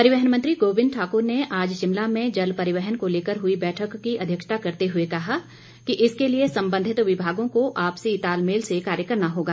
परिवहन मंत्री गोविंद ठाक्र ने आज शिमला में जल परिवहन को लेकर हुई बैठक की अध्यक्षता करते हुए कहा कि इसके लिए संबंधित विभागों को आपसी तालमेल से कार्य करना होगा